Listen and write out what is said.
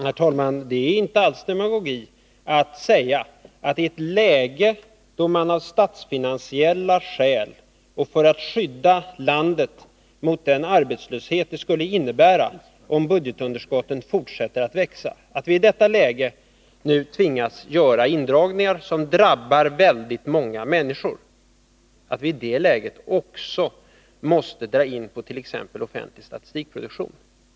Herr talman! Det är inte alls demagogi att säga att i ett läge då vi — av statsfinansiella skäl och för att skydda landet mot den arbetslöshet det skulle innebära om budgetunderskottet fortsätter att växa — tvingas göra indragningar som drabbar väldigt många människor, också måste dra in på t.ex. offentlig statistikproduktion.